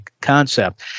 concept